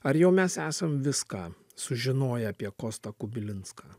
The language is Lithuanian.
ar jau mes esam viską sužinoję apie kostą kubilinską